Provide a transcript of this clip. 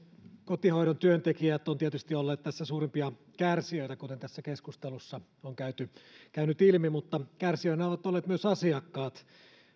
kotihoidon työntekijät ovat tietysti olleet tässä suurimpia kärsijöitä kuten tässä keskustelussa on käynyt ilmi mutta kärsijöinä ovat olleet myös asiakkaat